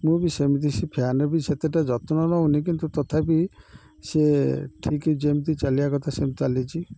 ମୁଁ ବି ସେମିତି ସେ ଫ୍ୟାନ୍ ବି ସେତେଟା ଯତ୍ନ ନଉନି କିନ୍ତୁ ତଥାପି ସେ ଠିକ୍ ଯେମିତି ଚାଲିବା କଥା ସେମିତି ଚାଲିଛି